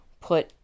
put